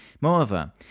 Moreover